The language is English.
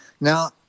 Now